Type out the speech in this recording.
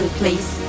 please